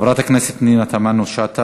חברת הכנסת פנינה תמנו-שטה.